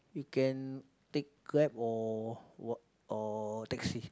we can take Grab or what or taxi